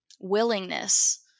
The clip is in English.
willingness